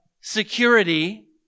security